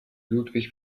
ludwig